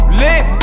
lit